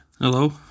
Hello